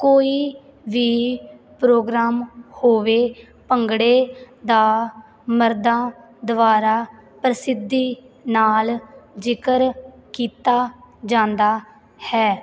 ਕੋਈ ਵੀ ਪ੍ਰੋਗਰਾਮ ਹੋਵੇ ਭੰਗੜੇ ਦਾ ਮਰਦਾਂ ਦੁਆਰਾ ਪ੍ਰਸਿੱਧੀ ਨਾਲ ਜ਼ਿਕਰ ਕੀਤਾ ਜਾਂਦਾ ਹੈ